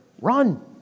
run